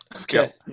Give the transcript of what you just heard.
okay